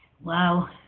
wow